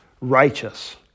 righteous